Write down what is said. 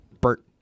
Bert